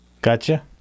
Gotcha